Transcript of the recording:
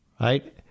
Right